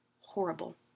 Horrible